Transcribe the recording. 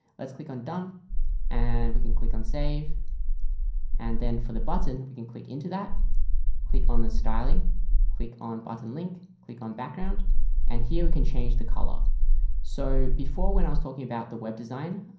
let's click on done and we can click on save and then for the button we can click into that click on the styling click on button link click on background and here we can change the color so before when i was talking about the web design